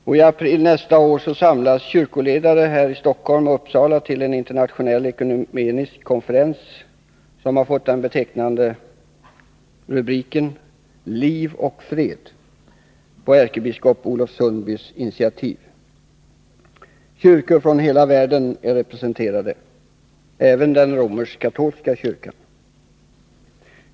I april nästa år samlas kyrkoledare här i Stockholm och i Uppsala till en internationell ekumenisk konferens, som har fått den betecknande rubriken Liv och fred, på ärkebiskop Olof Sundbys initiativ. Kyrkor från hela världen är representerade, även den romersk-katolska kyrkan.